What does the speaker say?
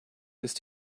ist